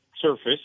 surface